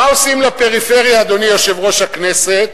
מה עושים לפריפריה, אדוני יושב-ראש הכנסת?